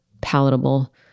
palatable